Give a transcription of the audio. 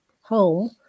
home